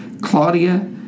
Claudia